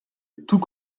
tout